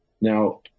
Now